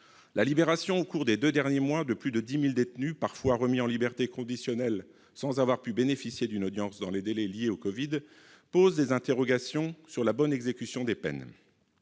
La libération au cours des deux derniers mois de plus de 10 000 détenus, parfois remis en liberté conditionnelle sans avoir pu bénéficier d'une audience dans les délais, pour des raisons liées au Covid-19, suscite des interrogations sur la bonne exécution des peines.